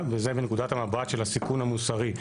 וזה מנקודת המבט של הסיכון המוסרי.